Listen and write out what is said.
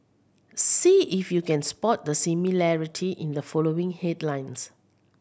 see if you can spot the similarity in the following headlines